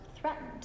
threatened